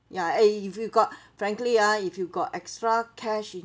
ya eh if you got frankly ah if you got extra cash